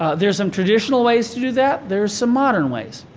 there's some traditional ways to do that. there's some modern ways.